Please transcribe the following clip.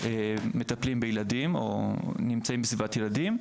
מטפלים בילדים או נמצאים בסביבת ילדים,